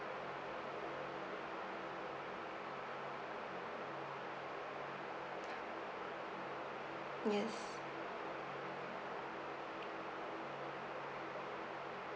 yes